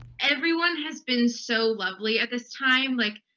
everyone has been so lovely at this time. like